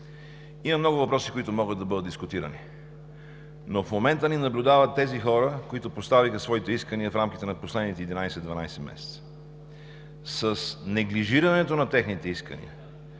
Има много въпроси, които могат да бъдат дискутирани, но в момента ни наблюдават тези хора, които поставиха своите искания в рамките на последните 11 – 12 месеца. С неглижирането на техните искания,